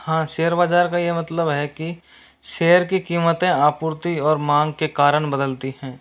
हाँ शेयर बाजार का ये मतलब है की शेयर की कीमतें आपूर्ति और माँग के कारण बदलती हैं